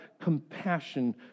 compassion